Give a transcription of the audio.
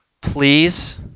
please